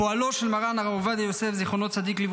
פועלו של מרן הרב עובדיה יוסף, זצ"ל,